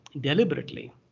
deliberately